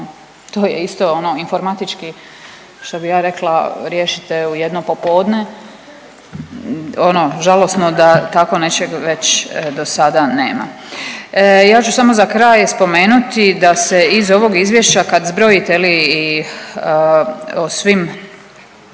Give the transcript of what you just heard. To je isto ono informatički, što bih ja rekla, riješite u jedno popodne, ono, žalosno da tako nečeg već do sada nema. Ja ću samo za kraj spomenuti da se iz ovog izvješća kad zbrojite, je li i o svim